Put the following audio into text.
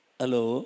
hello